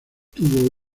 tuvo